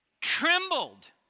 trembled